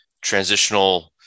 transitional